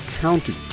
county